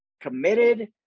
committed